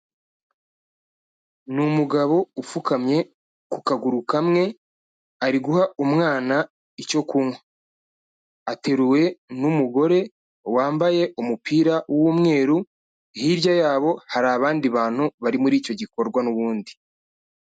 Ni umugabo upfukamye ku kaguru kamwe, ari guha umwana icyo kunywa. Ateruwe n'umugore wambaye umupira w'umweru, hirya yabo hari abandi bantu bari muri icyo gikorwa n'ubundi.